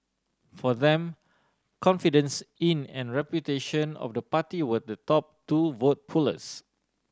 for them confidence in and reputation of the party were the top two vote pullers